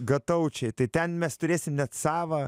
gataučiai tai ten mes turėsim net savą